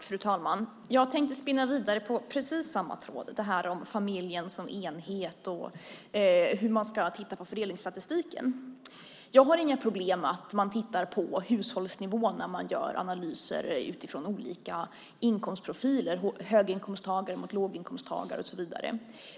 Fru talman! Jag tänker spinna vidare på precis samma tråd, på det här med familjen som enhet och på hur man ska titta på fördelningsstatistiken. Jag har inga problem med att man tittar på hushållsnivån när analyser görs utifrån olika inkomstprofiler - höginkomsttagare-låginkomsttagare och så vidare.